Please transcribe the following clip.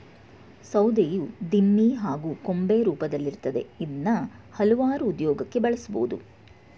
ಸೌಧೆಯು ದಿಮ್ಮಿ ಹಾಗೂ ಕೊಂಬೆ ರೂಪ್ದಲ್ಲಿರ್ತದೆ ಇದ್ನ ಹಲ್ವಾರು ಉಪ್ಯೋಗಕ್ಕೆ ಬಳುಸ್ಬೋದು